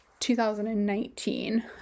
2019